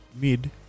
mid